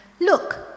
Look